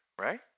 right